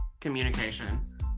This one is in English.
Communication